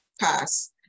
pass